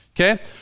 Okay